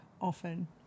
often